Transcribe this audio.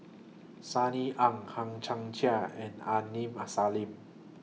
Sunny Ang Hang Chang Chieh and Aini Masalim